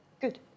Good